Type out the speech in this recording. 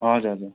हजुर हजुर